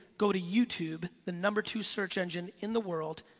go to youtube, the number two search engine in the world.